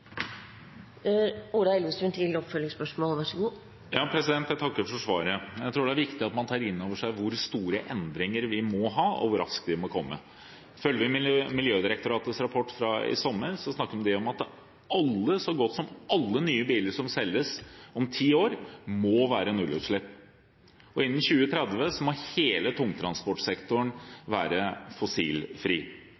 Jeg takker for svaret. Jeg tror det er viktig at man tar inn over seg hvor store endringer vi må ha, og hvor raskt de må komme. Ifølge Miljødirektoratets rapport fra i sommer må så godt som alle nye biler som selges om ti år, være nullutslippsbiler. Innen 2030 må hele tungtransportsektoren være fossilfri.